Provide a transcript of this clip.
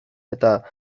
eta